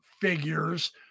figures